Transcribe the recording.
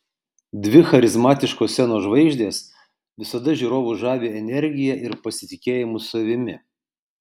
dvi charizmatiškos scenos žvaigždės visada žiūrovus žavi energija ir pasitikėjimu savimi